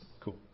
cool